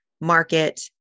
market